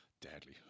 deadly